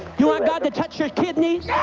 you want god to touch your kidneys?